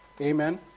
Amen